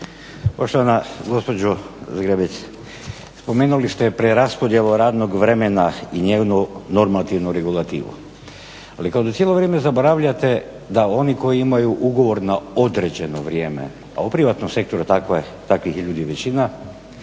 Poštovana gospođo Zgrebec, spomenuli ste preraspodjelu radnog vremena i njenu normativnu regulativu ali kao da cijelo vrijeme zaboravljate da oni koji imaju ugovor na određeno vrijeme a u privatnom sektoru takvih je ljudi većina